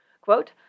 quote